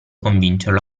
convincerlo